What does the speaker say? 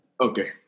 Okay